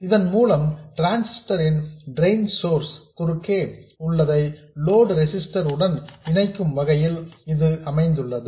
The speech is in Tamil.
இதன் மூலம் டிரான்சிஸ்டர் ன் டிரெயின் சோர்ஸ் குறுக்கே உள்ளதை லோடு ரெசிஸ்டர் உடன் இணைக்கும் வகையில் இது அமைந்துள்ளது